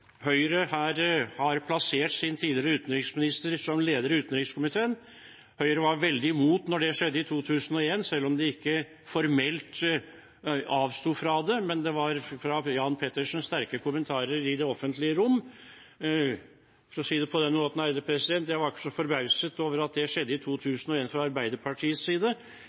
Høyre har plassert sin tidligere utenriksminister som leder av utenriks- og forsvarskomiteen. Høyre var veldig imot da det skjedde i 2001, selv om de ikke formelt avsto fra det, men Jan Petersen ga sterke kommentarer i det offentlige rom. For å si det på den måten: Jeg var ikke så forbauset over at det skjedde i 2001fra Arbeiderpartiets side,